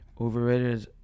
overrated